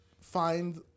find